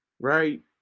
Right